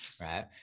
Right